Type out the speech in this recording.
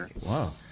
Wow